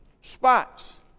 spots